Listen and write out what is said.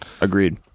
agreed